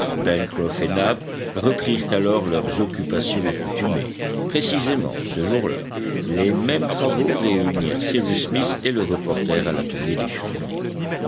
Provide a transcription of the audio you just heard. reprirent alors leurs occupations accoutumées précisément ce jour-là les mêmes travaux réunirent cyrus smith et le reporter à l'atelier des cheminées